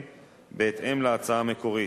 בהתאם להצעה המקורית.